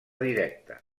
directa